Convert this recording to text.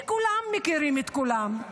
שם כולם מכירים את כולם,